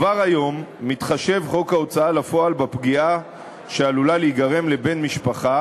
כבר היום מתחשב חוק ההוצאה לפועל בפגיעה שעלולה להיגרם לבן משפחה